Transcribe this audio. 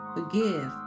Forgive